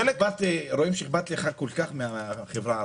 רואים שאכפת לך מהחברה הערבית.